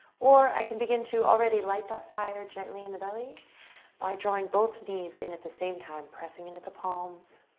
or i can begin to already light that fire gently in the belly by drawing both knees and at the same time pressing into the palms